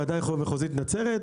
ועדה מחוזית נצרת,